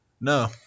No